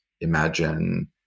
imagine